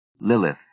Lilith